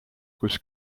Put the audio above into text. kus